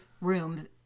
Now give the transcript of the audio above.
rooms